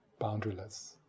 Boundaryless